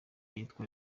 yitwa